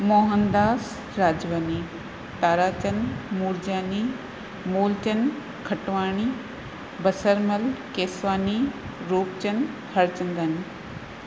Mohandas Rajwani Tarachand Murjani Mulchand Khatwani Basarmal Keswani Rupchand Harchandani